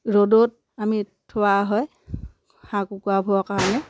ৰ'দত আমি থোৱা হয় হাঁহ কুকুৰাবোৰৰ কাৰণে